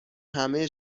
همه